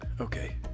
Okay